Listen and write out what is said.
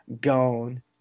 gone